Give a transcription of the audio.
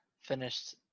finished